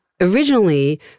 originally